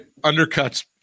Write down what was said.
undercuts